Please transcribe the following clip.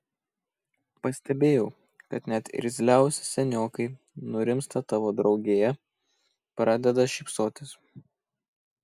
pastebėjau kad net irzliausi seniokai nurimsta tavo draugėje pradeda šypsotis